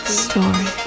story